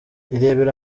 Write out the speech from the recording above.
irebere